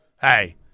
Hey